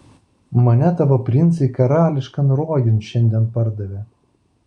mane tavo princai karališkan rojun šiandien pardavė